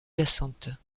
jacente